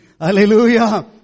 Hallelujah